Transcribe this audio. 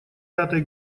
пятой